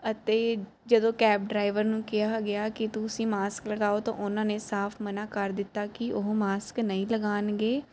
ਅਤੇ ਜਦੋਂ cab driver ਨੂੰ ਕਿਹਾ ਗਿਆ ਕਿ ਤੁਸੀਂ ਮਾਸਕ ਲਗਾਓ ਤਾਂ ਉਹਨਾਂ ਨੇ ਸਾਫ ਮਨਾ ਕਰ ਦਿੱਤਾ ਕੀ ਉਹ ਮਾਸਕ ਨਹੀਂ ਲਗਾਣਗੇ